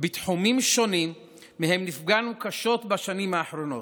בתחומים שונים שמהם נפגענו קשות בשנים האחרונות.